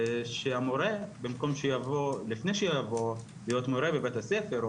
המורה לפני שהוא יבוא מורה בבית הספר,